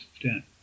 extent